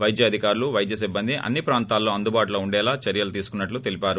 పైద్య అధికారులు వైద్య సిబ్బంది అన్సి ప్రాంతాల్లో అందుబాటులో ఉండేలా చర్యలు తీసుకున్నట్టు తెలిపారు